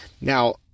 Now